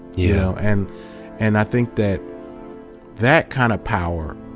yeah. and and i think that that kind of power,